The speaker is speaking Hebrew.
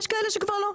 יש כאלה שכבר לא.